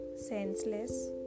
senseless